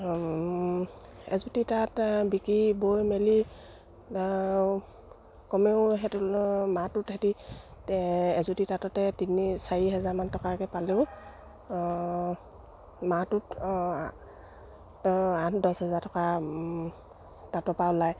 এযুটি তাঁত বিক্ৰী বৈ মেলি কমেও সেইটো মাহটোত সেহেঁতি এযুটি তাঁততে তিনি চাৰি হেজাৰমান টকাকে পালেও মাহটোত আঠ দছ হোজাৰ টকা তাঁতৰ পৰা ওলায়